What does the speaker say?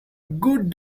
good